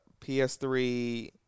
PS3